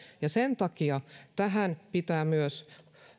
sen takia tähän pitää